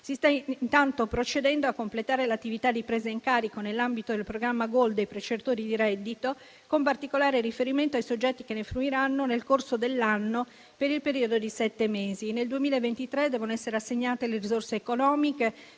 Si sta intanto procedendo a completare l'attività di presa in carico nell'ambito del programma GOL dei percettori di reddito, con particolare riferimento ai soggetti che ne fruiranno nel corso dell'anno per il periodo di sette mesi. Nel 2023 devono essere assegnate le risorse economiche